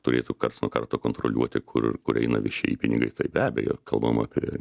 turėtų karts nuo karto kontroliuoti kur kur eina viešieji pinigai tai be abejo kalbam apie